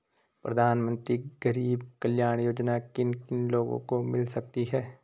प्रधानमंत्री गरीब कल्याण योजना किन किन लोगों को मिल सकती है?